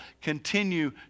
continue